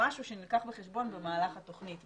משהו שנלקח בחשבון במהלך התוכנית.